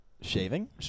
Shaving